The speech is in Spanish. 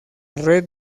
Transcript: red